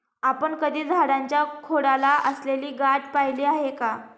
आपण कधी झाडाच्या खोडाला असलेली गाठ पहिली आहे का?